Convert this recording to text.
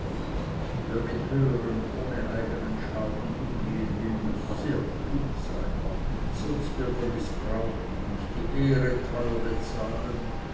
wer mit höhern ohne eigenen schaden umgehen will muß sehr klug sein sonst wird er mißbraucht muß die ehre teuer bezahlen